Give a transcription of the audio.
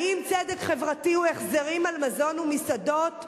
האם צדק חברתי הוא החזרים על מזון ומסעדות?